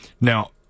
Now